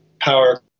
power